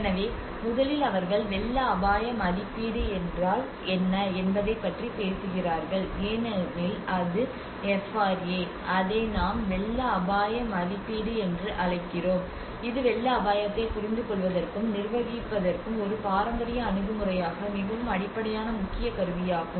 எனவே முதலில் அவர்கள் வெள்ள அபாய மதிப்பீடு என்றால் என்ன என்பதைப் பற்றி பேசுகிறார்கள் ஏனெனில் அது எஃப்ஆர்ஏ அதனை நாம் வெள்ள அபாய மதிப்பீடு என்று அழைக்கிறோம் இது வெள்ள அபாயத்தை புரிந்துகொள்வதற்கும் நிர்வகிப்பதற்கும் ஒரு பாரம்பரிய அணுகுமுறையாக மிகவும் அடிப்படையான முக்கிய கருவியாகும்